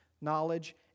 knowledge